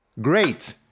Great